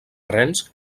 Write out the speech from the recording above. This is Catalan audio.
rens